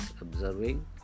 observing